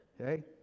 Okay